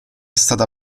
stata